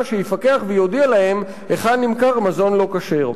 שיפקח ויודיע להם היכן נמכר מזון לא כשר.